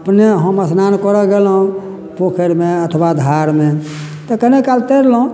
अपने हम स्नान करऽ गेलहुॅं पोखरिमे अथवा धारमे तऽ कने काल तैरलहुॅं